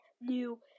new